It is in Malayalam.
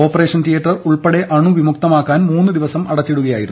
ഓപ്പറേഷൻ തിയേറ്റർ ഉൾപ്പെടെ അണുവിമുക്തമാക്കാൻ മൂന്നു ദിവസം അടച്ചിടുകയായിരുന്നു